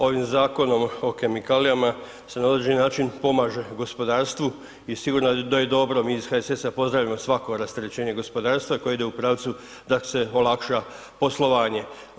Ovim Zakonom o kemikalijama se na određeni način pomaže gospodarstvu i sigurno je da je dobro, mi iz HSS-a pozdravljamo svako rasterećenje gospodarstva koje ide u pravcu da se olakša poslovanje.